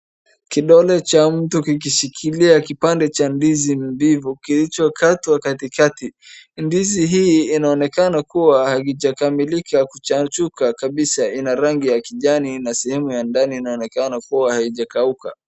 Kidole cha mtu kiiishikilia kipande cha ndizi mbivu kilichokatwa katikati. Ndizi hii inaonekana kuwa haijakamilika kuchuka kabisa ina rangi ya kijani na sehemu ya ndani inaonekana kuwa haijakauka.